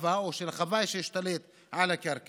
החווה או של חוואי שהשתלט על הקרקע,